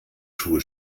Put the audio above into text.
schuhe